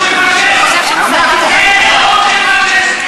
זה נאום של פאשיסט.